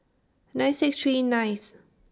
nine six three ninth